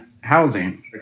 housing